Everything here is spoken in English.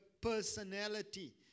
personality